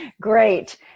Great